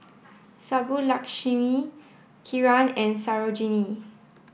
Subbulakshmi Kiran and Sarojini